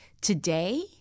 Today